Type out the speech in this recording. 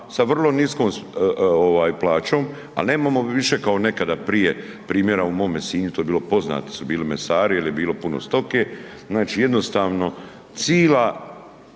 sa vrlo niskom ovaj plaćom, ali nemamo više kao nekada prije primjera u mome Sinju to je bilo, poznati su bili mesari jer je bilo puno stoke, znači jednostavno cila